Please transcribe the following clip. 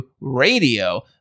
radio